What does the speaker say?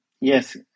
yes